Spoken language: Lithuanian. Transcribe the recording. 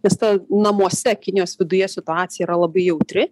nes ta namuose kinijos viduje situacija yra labai jautri